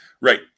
Right